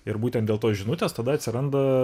ir būtent dėl tos žinutės tada atsiranda